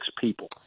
people